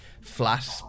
flat